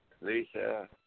Lisa